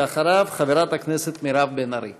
אחריו, חברת הכנסת מירב בן ארי.